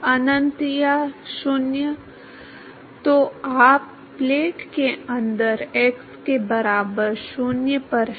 अनंत या 0 तो आप प्लेट के अंदर x के बराबर 0 पर हैं